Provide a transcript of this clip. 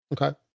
Okay